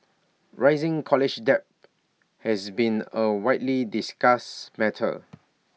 rising college debt has been A widely discussed matter